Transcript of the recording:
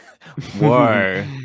whoa